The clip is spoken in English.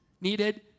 Needed